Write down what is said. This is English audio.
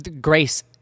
grace